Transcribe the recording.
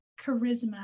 charisma